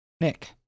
Nick